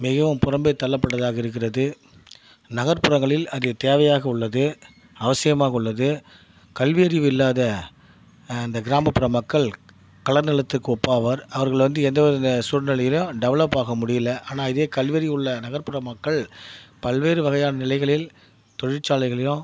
மிகவும் புறம்பே தள்ளப்பட்டதாக இருக்கிறது நகர்ப்புறங்களில் அது தேவையாக உள்ளது அவசியமாக உள்ளது கல்வி அறிவு இல்லாத இந்த கிராமப்புற மக்கள் கள நிலத்துக்கு ஒப்பாவார் அவர்கள் வந்து எந்தவித சூழ்நிலையிலும் டெவெலப் ஆக முடியல ஆனால் இதே கல்வியறிவு உள்ள நகர்ப்புற மக்கள் பல்வேறு வகையான நிலைகளில் தொழிற்சாலைகளிலும்